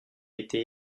été